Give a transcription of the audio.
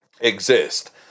exist